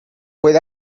puede